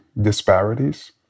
disparities